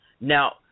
now